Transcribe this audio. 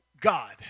God